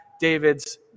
David's